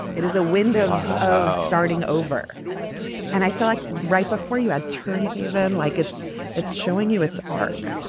it is a window starting over and i feel like right before you had turn haven like it's it's showing you its arc.